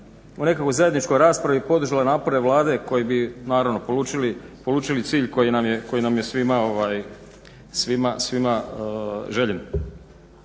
o nekakvoj zajedničkoj raspravi podržale napore Vlade koji bi naravno polučili cilj koji nam je svima željen.